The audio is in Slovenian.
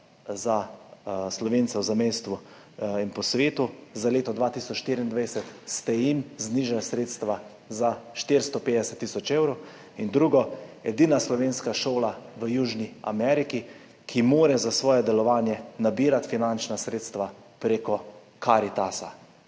za Slovence v zamejstvu in po svetu za leto 2024 ste znižali za 450 tisoč evrov, in drugo, edina slovenska šola v Južni Ameriki, ki mora za svoje delovanje nabirati finančna sredstva prek Karitasa.